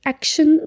Action